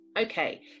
Okay